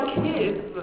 kids